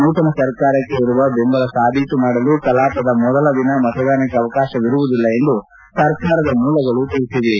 ನೂತನ ಸರ್ಕಾರಕ್ಕೆ ಇರುವ ಬೆಂಬಲ ಸಾಬೀತು ಮಾಡಲು ಕಲಾಪದ ಮೊದಲ ದಿನ ಮತದಾನಕ್ಕೆ ಅವಕಾಶ ಇರುವುದಿಲ್ಲ ಎಂದು ಸರ್ಕಾರದ ಮೂಲಗಳು ತಿಳಿಸಿವೆ